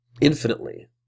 Infinitely